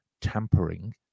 tampering